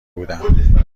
بودم